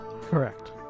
Correct